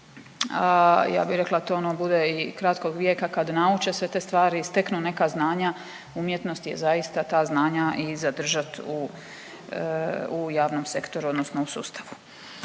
ja bih rekla, to ono bude i kratkog vijeka kad nauče sve te stvari, steknu neka znanja, umjetnost je zaista, ta znanja i zadržati u javnom sektoru odnosno u sustavu.